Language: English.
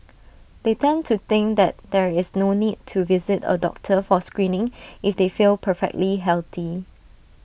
they tend to think that there is no need to visit A doctor for screening if they feel perfectly healthy